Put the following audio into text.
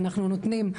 אנחנו נותנים,